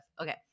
okay